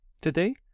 Today